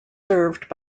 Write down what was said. served